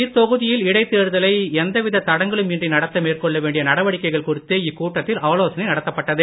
இத்தொகுதியில் இடைத்தேர்தலை எந்தவித தடங்களும் இன்றி நடத்த மேற்கொள்ள வேண்டிய நடிவடிக்கைகள் குறித்து இக்கூட்டத்தில் ஆலோசனை நடத்தப்பட்டது